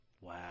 Wow